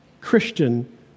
Christian